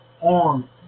on